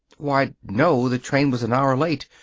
why, no. the train was an hour late.